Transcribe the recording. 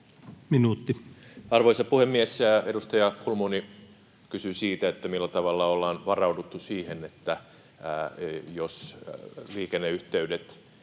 Content: Arvoisa puhemies! Edustaja Kulmuni kysyi siitä, millä tavalla ollaan varauduttu siihen, jos liikenneyhteydet